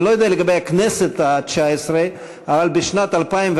אני לא יודע לגבי הכנסת התשע-עשרה, אבל בשנת 2014,